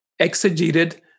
exegeted